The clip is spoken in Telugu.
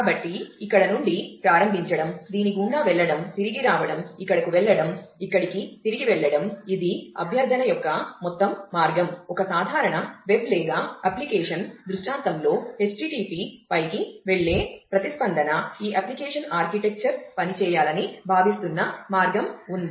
కాబట్టి ఇది ఇక్కడ నుండి ప్రారంభించడం దీని గుండా వెళ్లడం తిరిగి రావడం ఇక్కడకు వెళ్లడం ఇక్కడికి తిరిగి వెళ్లడం ఇది అభ్యర్థన యొక్క మొత్తం మార్గం ఒక సాధారణ వెబ్ పని చేయాలని భావిస్తున్న మార్గం ఉంది